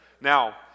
Now